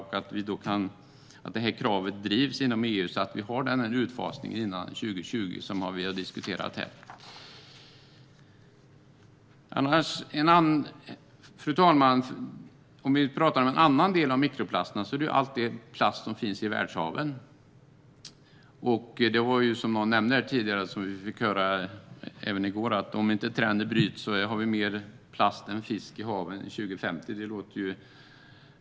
Detta krav måste drivas inom EU så att den utfasning som vi har diskuterat här sker före 2020. När vi talar om mikroplaster finns det en annan del, nämligen all plast som finns i världshaven. Som någon nämnde här tidigare kommer det, om inte trenden bryts, att finnas mer plast än fisk i haven 2050.